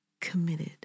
committed